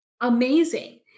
amazing